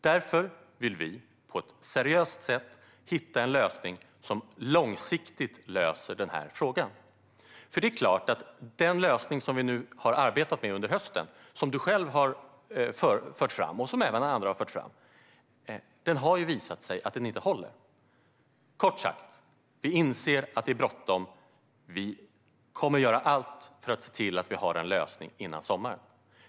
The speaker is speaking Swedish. Därför vill vi hitta en långsiktig lösning, för den lösning som vi har arbetat med under hösten, som du själv och även andra har fört fram, har ju visat sig inte hålla. Kort sagt: Vi inser att det är bråttom. Vi kommer att göra allt för att se till att vi har en lösning före sommaren.